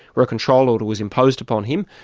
where a control order was imposed upon him,